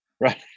Right